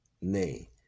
nay